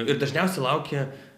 ir dažniausiai laukia